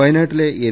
വയനാട്ടിലെ എൻ